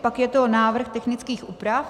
Pak je tu návrh technických úprav.